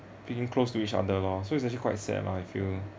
being close to each other lor so it's actually quite sad lah I feel